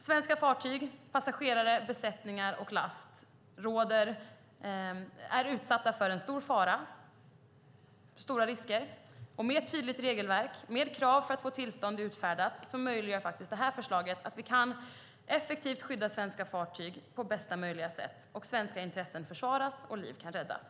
Svenska fartyg, passagerare, besättningar och last är utsatta för en stor fara och stora risker. Med ett tydligt regelverk och krav på att få tillstånd utfärdat möjliggör förslaget att vi effektivt kan skydda svenska fartyg på bästa möjliga sätt, och svenska intressen försvaras och liv kan räddas.